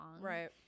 right